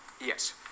Yes